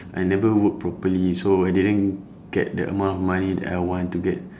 I never work properly so I didn't get the amount of money that I want to get